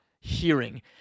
hearing